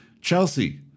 Chelsea